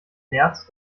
nerz